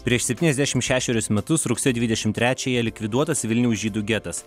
prieš septyniasdešimt šešerius metus rugsėjo dvidešimt trečiąją likviduotas vilniaus žydų getas